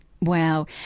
Wow